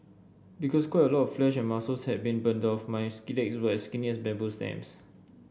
because quite a lot of flesh and muscles had been burnt off my legs were as skinny as bamboo stems